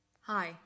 Hi